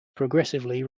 progressively